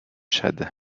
tchad